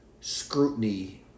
scrutiny